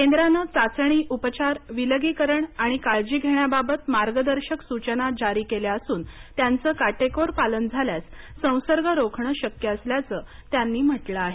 केंद्रानं चाचणीउपचारविलगीकरण आणि काळजी घेण्याबाबत मार्गदर्शक सूचना जारी केल्या असून त्यांचं काटेकोर पालन झाल्यास संसर्ग रोखणं शक्य असल्याचं त्यांनी म्हटलं आहे